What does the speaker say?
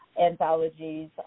anthologies